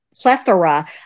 plethora